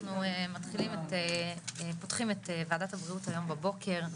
אנחנו פותחים את וועדת הבריאות היום בבוקר,